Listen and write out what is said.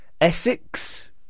Essex